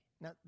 Now